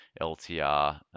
ltr